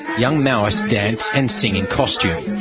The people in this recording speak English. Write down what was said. young maoists dance and sing in costume,